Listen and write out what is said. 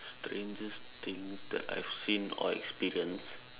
strangest thing that I've seen or experienced